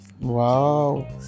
Wow